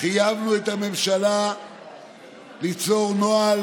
חייבנו את הממשלה ליצור נוהל